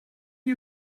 you